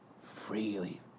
freely